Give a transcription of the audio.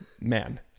Man